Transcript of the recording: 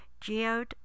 geode